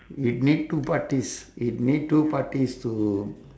it need two parties it need two parties to